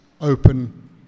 open